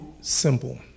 simple